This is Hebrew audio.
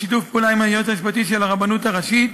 בשיתוף פעולה עם היועץ המשפטי של הרבנות הראשית,